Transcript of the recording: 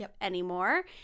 anymore